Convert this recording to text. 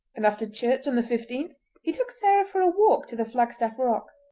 and after church on the fifteenth he took sarah for a walk to the flagstaff rock.